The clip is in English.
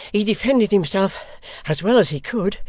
he defended himself as well as he could,